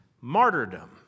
martyrdom